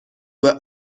were